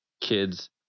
kids